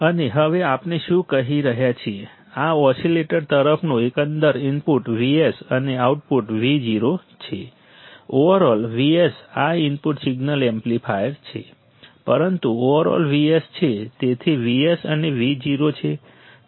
અને હવે આપણે શું કહી રહ્યા છીએ કે આ ઓસીલેટર તરફનો એકંદર ઇનપુટ Vs અને આઉટપુટ Vo છે ઓવરઓલ Vs આ ઇનપુટ સિગ્નલ એમ્પ્લીફાયર છે પરંતુ ઓવરઓલ Vs છે તેથી Vs અને Vo છે